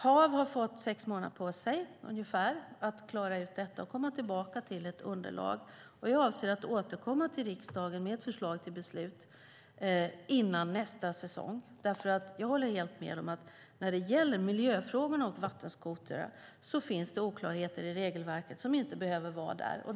HaV har fått ungefär sex månader på sig att klara ut detta och komma tillbaka med ett underlag. Jag avser att återkomma till riksdagen med ett förslag till beslut före nästa säsong. Jag håller helt med om att det när det gäller miljöfrågor och vattenskotrar finns oklarheter i regelverket som inte behöver finnas där.